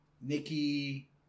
Nikki